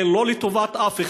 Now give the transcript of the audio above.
זה לא לטובת אף אחד,